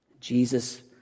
Jesus